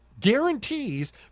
guarantees